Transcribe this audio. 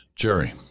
Jerry